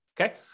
okay